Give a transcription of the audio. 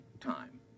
time